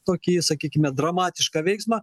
tokį sakykime dramatišką veiksmą